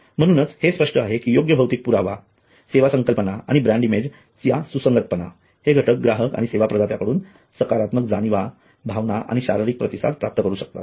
म्हणूनच हे स्पष्ट आहे की योग्य भौतिक पुरावा सेवा संकल्पना आणि ब्रँड इमेज चा सुसंगतपणा हे घटक ग्राहक आणि सेवा प्रदात्यांकडून सकारात्मक जाणिवा भावना आणि शारीरिक प्रतिसाद प्राप्त करू शकतात